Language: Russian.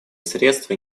средства